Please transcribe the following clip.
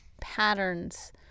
patterns